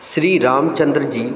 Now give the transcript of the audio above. Shri Ramchandra जी